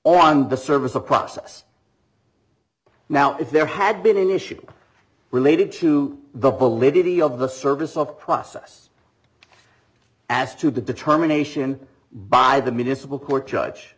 on the service of process now if there had been an issue related to the political of the service of process as to the determination by the municipal court judge